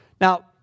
Now